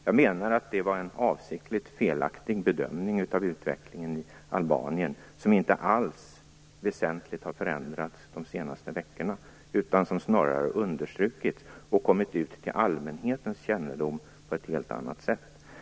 Jag menar att det var en avsiktligt felaktig bedömning av utvecklingen i Albanien, som inte alls har förändrats väsentligt de senaste veckorna utan som snarare har understrukits och kommit ut till allmänhetens kännedom på ett helt annat sätt.